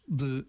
de